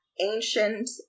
Ancient